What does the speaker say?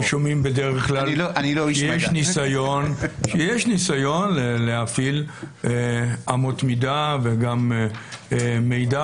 אנחנו שומעים בדרך כלל שיש ניסיון להפעיל אמות מידה וגם מידע.